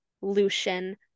Lucian